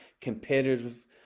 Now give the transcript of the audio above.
competitive